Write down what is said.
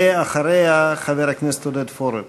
ואחריה, חבר הכנסת עודד פורר.